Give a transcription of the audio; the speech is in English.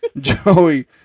Joey